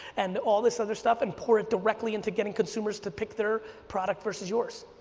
and all this other stuff and put it directly into getting consumers to pick their product versus yours.